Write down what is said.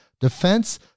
Defense